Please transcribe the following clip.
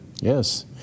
Yes